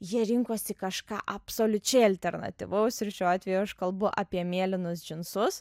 jie rinkosi kažką absoliučiai alternatyvaus ir šiuo atveju aš kalbu apie mėlynus džinsus